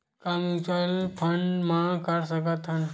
का mutual fund म कर सकत हन?